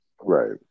Right